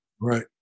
Right